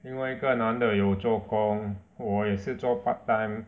另外一个男的有做工我也是做 part time